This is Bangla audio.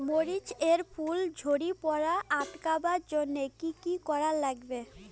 মরিচ এর ফুল ঝড়ি পড়া আটকাবার জইন্যে কি কি করা লাগবে?